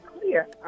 clear